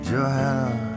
Johanna